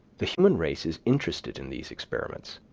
the human race is interested in these experiments,